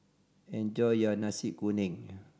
enjoy your Nasi Kuning